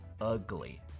ugly